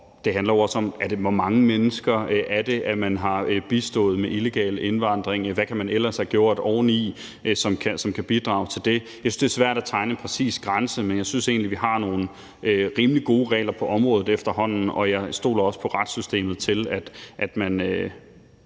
det handler også om, hvor mange mennesker det er, man har bistået med illegal indvandring, og hvad man ellers kunne have gjort oveni, som kan bidrage til det. Jeg synes, det er svært at have en præcis grænse, men jeg synes egentlig, vi har nogle rimelig gode regler på området efterhånden, og jeg stoler også på retssystemet, i